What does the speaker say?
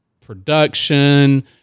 production